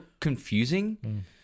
confusing